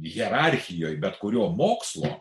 hierarchijoj bet kurio mokslo